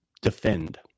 defend